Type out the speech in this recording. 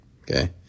Okay